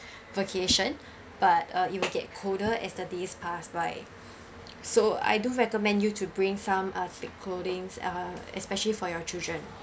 vacation but uh it will get colder as the days pass by so I do recommend you to bring some uh thick clothings uh especially for your children